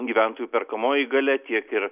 gyventojų perkamoji galia tiek ir